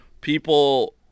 people